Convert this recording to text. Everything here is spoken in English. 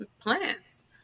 plants